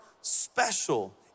special